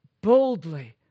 boldly